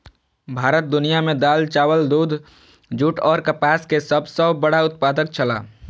भारत दुनिया में दाल, चावल, दूध, जूट और कपास के सब सॉ बड़ा उत्पादक छला